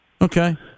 Okay